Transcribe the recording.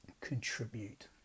Contribute